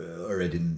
already